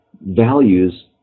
values